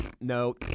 No